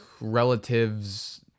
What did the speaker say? relatives